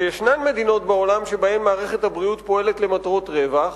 שיש מדינות בעולם שבהן מערכת הבריאות פועלת למטרות רווח,